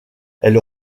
elle